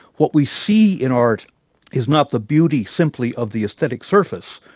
what we see in art is not the beauty simply of the aesthetic surface,